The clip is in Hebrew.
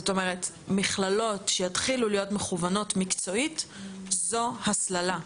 מה שאומר שמכללות שיתחילו להיות מכוונות מקצועית זו הסללה,